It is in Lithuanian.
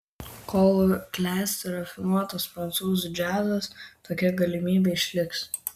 kol klesti rafinuotas prancūzų džiazas tokia galimybė išliks